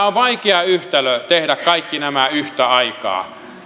on vaikea yhtälö tehdä kaikki nämä yhtä aikaa